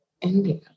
India